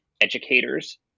educators